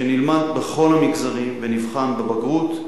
שנלמד בכל המגזרים ונבחן בבגרות.